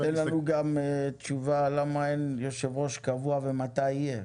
תן לנו גם תשובה למה אין יו"ר קבוע ומתי יהיה,